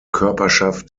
körperschaft